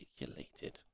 articulated